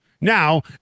Now